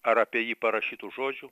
ar apie jį parašytų žodžių